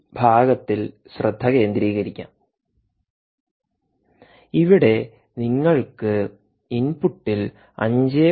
ഈ ഭാഗത്തിൽ ശ്രദ്ധ കേന്ദ്രീകരിക്കാം ഇവിടെ നിങ്ങൾക്ക് ഇൻപുട്ടിൽ 5